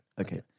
Okay